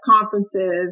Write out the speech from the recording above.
conferences